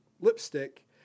lipstick